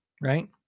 right